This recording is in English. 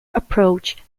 approach